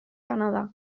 canadà